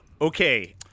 Okay